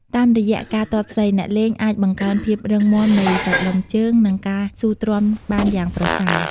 តាមរយៈការទាត់សី អ្នកលេងអាចបង្កើនភាពរឹងមាំនៃសាច់ដុំជើង និងការស៊ូទ្រាំបានយ៉ាងប្រសើរ។